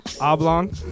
Oblong